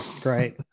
great